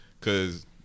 Cause